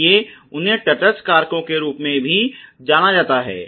इसलिए उन्हें तटस्थ कारकों के रूप में जाना जाता है